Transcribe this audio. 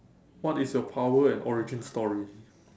what is your power and origin story